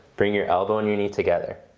bring your elbow and your knee together.